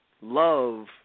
love